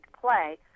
play